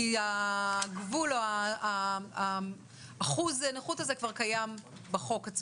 כי הגבול או אחוז הנכות הזה כבר קיים בחוק עצמו.